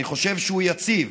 אני חושב שהוא יציב.